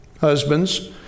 Husbands